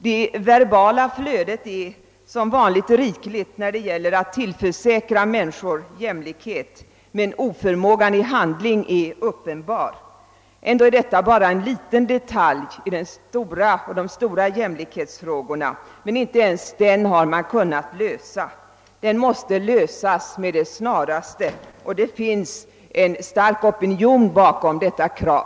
Det verbala flödet är som vanligt rikligt, när det gäller att tillförsäkra människor jämlikhet — men oförmågan i handlingar uppenbar. Ändå är detta bara en liten detalj i de stora jämlikhetsfrågorna. Men inte ens den har man kunnat lösa. Den måste lösas med det snaraste. Det finns en stark opinion bakom detta krav.